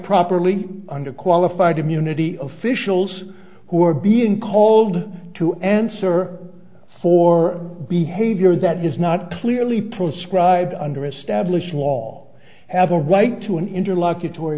properly under qualified immunity officials who are being called to answer for behavior that is not clearly proscribed under established law have a right to an inter